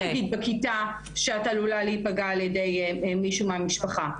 אגיד בכיתה שאת עלולה להיפגע על ידי מישהו מהמשפחה?